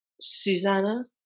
Susanna